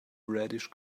reddish